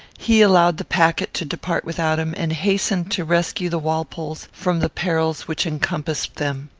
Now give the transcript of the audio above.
he allowed the packet to depart without him, and hastened to rescue the walpoles from the perils which encompassed them.